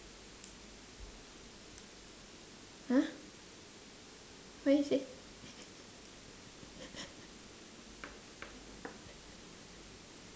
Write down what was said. !huh! what'd you say